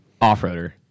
off-roader